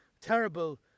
terrible